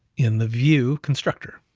in the view constructor.